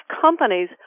companies